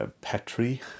Petri